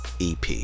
ep